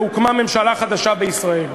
והוקמה ממשלה חדשה בישראל.